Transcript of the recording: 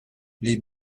les